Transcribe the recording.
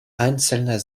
einzelner